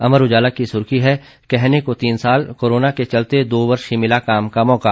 अमर उजाला की सुर्खी है कहने को तीन साल कोरोना के चलते दो वर्ष ही मिला काम का मौका